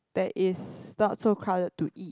that is not so crowded to eat